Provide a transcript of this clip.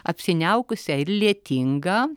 apsiniaukusią ir lietingą